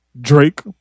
Drake